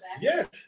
Yes